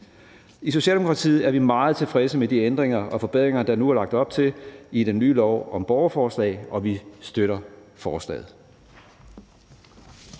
I Socialdemokratiet er vi meget tilfredse med de ændringer og forbedringer, der nu er lagt op til, i den nye lov om borgerforslag. Og vi støtter forslaget.